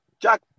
Jack